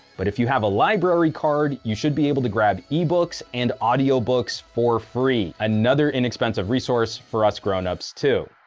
but if you have a library card, you should be able to grab e-books and audiobooks for free. another inexpensive resource for us grown ups too.